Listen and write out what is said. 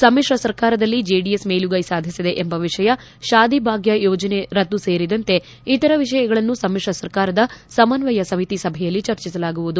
ಸಮಿತ್ರ ಸರ್ಕಾರದಲ್ಲಿ ಜೆಡಿಎಸ್ ಮೇಲುಗೈ ಸಾಧಿಸಿದೆ ಎಂಬ ವಿಷಯ ಶಾದಿ ಭಾಗ್ಯ ಯೋಜನೆ ರದ್ದು ಸೇರಿದಂತೆ ಇತರ ವಿಷಯಗಳನ್ನು ಸಮಿತ್ರ ಸರ್ಕಾರದ ಸಮನ್ವಯ ಸಮಿತಿ ಸಭೆಯಲ್ಲಿ ಚರ್ಚಿಸಲಾಗುವುದು